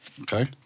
Okay